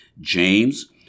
James